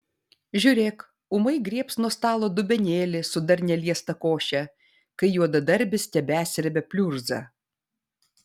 žiūrėk ūmai griebs nuo stalo dubenėlį su dar neliesta koše kai juodadarbis tebesrebia pliurzą